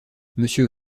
monsieur